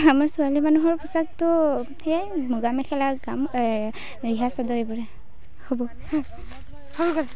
আমাৰ ছোৱালী মানুহৰ পোচাকটো সেইয়াই মুগাৰ মেখেলা ৰিহা চাদৰ এইবোৰেই হ'ব হৈ গ'ল